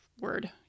Word